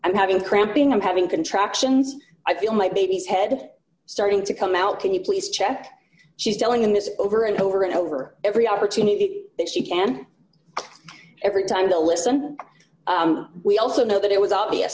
i'm having cramping i'm having contractions i feel my baby's head starting to come out can you please check she's telling him this over and over and over every opportunity that she can every time to listen we also know that it was obvious